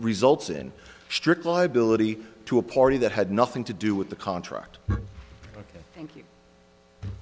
results in strict liability to a party that had nothing to do with the contract